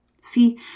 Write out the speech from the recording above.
See